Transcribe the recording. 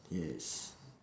yes